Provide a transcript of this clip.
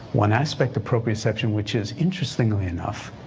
one aspect appropriate perception which is, interestingly enough,